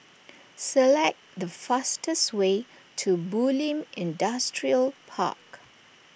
select the fastest way to Bulim Industrial Park